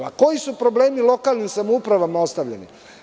Koji su problemi lokalnim samoupravama ostavljeni.